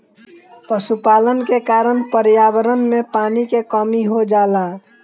पशुपालन के कारण पर्यावरण में पानी क कमी हो जाला